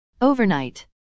Overnight